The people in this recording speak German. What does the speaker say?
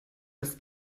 das